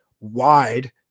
Wide